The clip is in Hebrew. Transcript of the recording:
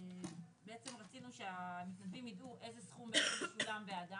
בעצם רצינו שהמתנדבים ידעו איזה סכום בעדה ואת